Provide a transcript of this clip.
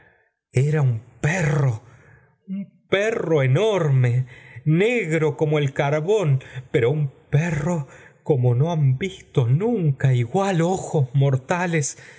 era un perro un perro enorme negro como el carbón pero un perro como no han visto nunca igual ojos mortales